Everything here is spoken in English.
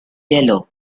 yellow